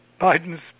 Biden's